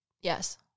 Yes